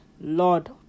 lord